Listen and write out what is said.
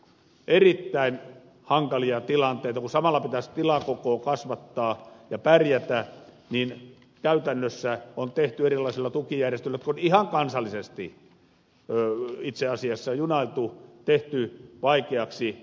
erittäin hankalia tilanteita kun samalla pitäisi tilakokoa kasvattaa ja pärjätä niin käytännössä se on tehty erilaisilla tukijärjestelyillä ihan kansallisesti itse asiassa junailtu vaikeaksi